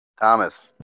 Thomas